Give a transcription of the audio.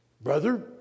Brother